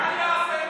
האלה.